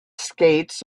skates